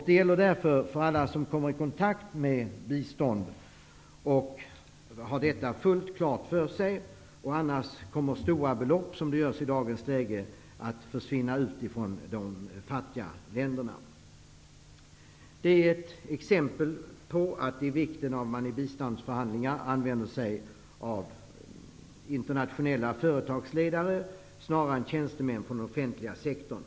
Det gäller därför för alla som kommer i kontakt med bistånd att ha detta fullt klart för sig, annars kommer stora belopp att försvinna från de fattiga länderna, som de gör i dagens läge. Detta är ett exempel på vikten av att man i biståndsförhandlingar använder sig av internationella företagsledare snarare än tjänstemän från den offentliga sektorn.